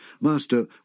Master